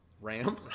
Ram